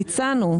הצענו.